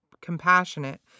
compassionate